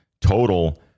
total